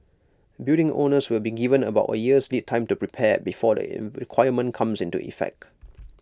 building owners will be given about A year's lead time to prepare before the in requirement comes into effect